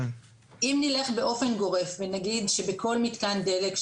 אם נלך באופן גורף ונגיד שבכל מתקן דלק,